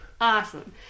Awesome